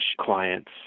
clients